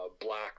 black